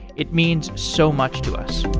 it means so much to us